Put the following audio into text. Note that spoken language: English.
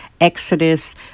exodus